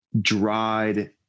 dried